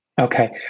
Okay